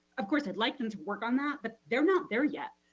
of course i'd like them to work on that, but they're not there yet.